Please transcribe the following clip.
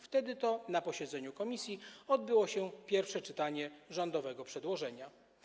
Wtedy to na posiedzeniu komisji odbyło się pierwsze czytanie rządowego przedłożenia.